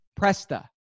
Presta